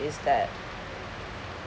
is that